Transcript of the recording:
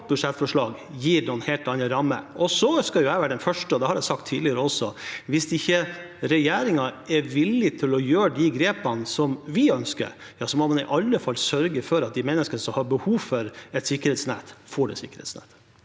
vårt budsjettforslag gir noen helt andre rammer. Så skal jeg være den første til å si, og det har jeg også sagt tidligere, at hvis regjeringen ikke er villig til å gjøre de grepene vi ønsker, må man i alle fall sørge for at de menneskene som har behov for et sikkerhetsnett, får det sikkerhetsnettet.